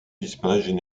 disparaissent